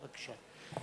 בבקשה.